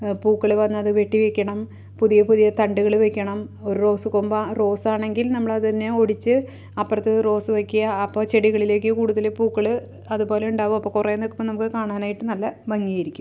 പൂക്കള് വന്നത് വെട്ടിവയ്ക്കണം പുതിയ പുതിയ തണ്ടുകള് വയ്ക്കണം ഒരു റോസ് കൊമ്പോ റോസ് ആണെങ്കില് നമ്മള് അതെന്നെ ഒടിച്ച് അപ്പുറത്ത് റോസ് വെക്കുക അപ്പോള് ചെടികളിലേക്ക് കൂടുതല് പൂക്കള് അത്പോലെ ഉണ്ടാവും അപ്പോള് കുറേ നില്ക്കുമ്പോള് കാണാനായിട്ട് നല്ല ഭംഗിയായിരിക്കും